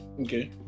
Okay